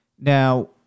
Now